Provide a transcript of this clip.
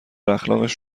اخلاقش